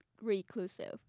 reclusive